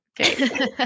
Okay